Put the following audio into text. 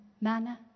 manner